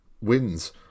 wins